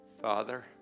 Father